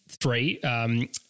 three